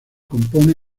compone